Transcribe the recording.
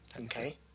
Okay